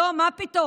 לא, מה פתאום?